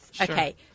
okay